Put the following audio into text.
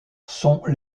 sont